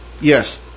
Yes